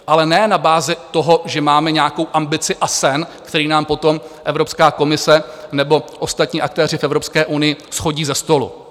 Ale ne na bázi toho, že máme nějakou ambici a sen, který nám potom Evropská komise nebo ostatní aktéři v Evropské unii shodí ze stolu.